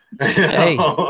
Hey